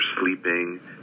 sleeping